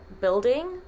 building